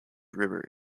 river